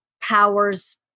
powers